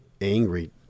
angry